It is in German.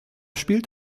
spielt